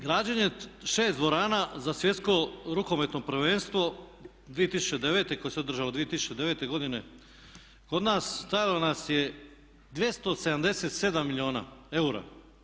Građenje 6 dvorana za Svjetsko rukometno prvenstvo 2009. koje se održalo 2009. godine kod nas stajalo nas je 277 milijuna eura.